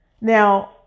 Now